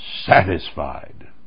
satisfied